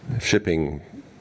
shipping